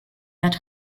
that